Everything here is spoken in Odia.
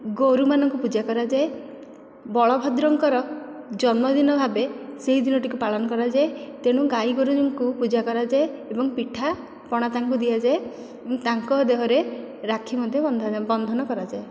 ଗୋରୁମାନଙ୍କୁ ପୂଜା କରାଯାଏ ବଳଭଦ୍ରଙ୍କର ଜନ୍ମଦିନ ଭାବେ ସେହି ଦିନଟିକୁ ପାଳନ କରାଯାଏ ତେଣୁ ଗାଈଗୋରୁଙ୍କୁ ପୂଜା କରାଯାଏ ଏବଂ ପିଠାପଣା ତାଙ୍କୁ ଦିଆଯାଏ ତାଙ୍କ ଦେହରେ ରାକ୍ଷୀ ମଧ୍ୟ ବନ୍ଧା ବନ୍ଧନ କରାଯାଏ